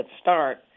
Start